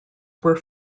were